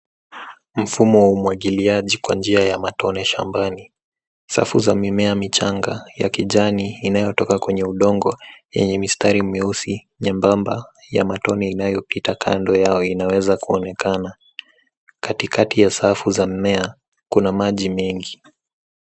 Mfumo wa umwagiliaji kwa njia ya matone shambani. Safu za mimea michanga ya kijani, inayotoka kwenye udongo, yenye mistari myeusi nyembamba, ya matone inayopita kando yao, inaweza kuonekana. Katikati ya safu za mimea kuna maji mengi.